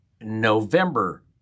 November